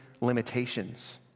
limitations